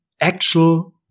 actual